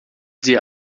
sie